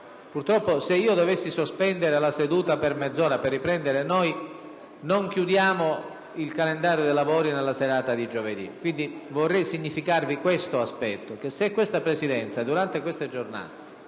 Purtroppo, se dovessi sospendere la seduta per mezz'ora per poi riprendere, non chiuderemmo i nostri lavori nella serata di giovedì. Vorrei quindi significarvi questo aspetto: se questa Presidenza, durante queste giornate,